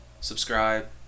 subscribe